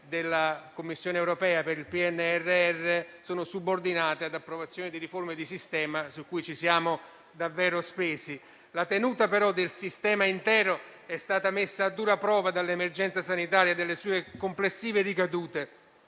della Commissione europea per il PNRR è subordinata all'approvazione di riforme di sistema su cui ci siamo davvero spesi. La tenuta del sistema intero, però, è stata messa a dura prova dall'emergenza sanitaria e dalle sue complessive ricadute.